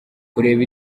kureba